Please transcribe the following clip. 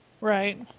Right